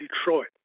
Detroit